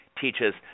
teaches